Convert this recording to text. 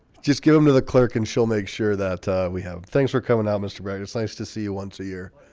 just give them to the clerk and she'll make sure that we have things for coming out. mr. bragg it's nice to see you once a year.